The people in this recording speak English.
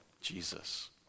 Jesus